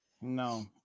No